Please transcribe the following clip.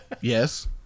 Yes